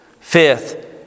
Fifth